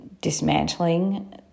dismantling